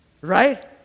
right